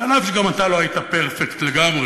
אף שגם אתה לא היית פרפקט לגמרי,